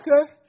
okay